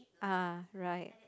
ah right